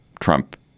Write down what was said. Trump